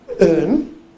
earn